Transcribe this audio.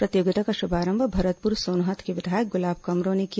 प्रतियोगिता का शुभारम्भ भरतपुर सोनहत के विधायक गुलाब कमरो ने किया